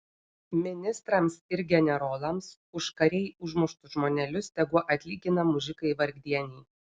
ministrams ir generolams už karėj užmuštus žmonelius tegul atlygina mužikai vargdieniai